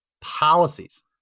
policies